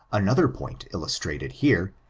another point illustrated here,